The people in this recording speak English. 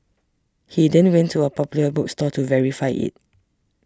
he then went to a Popular bookstore to verify it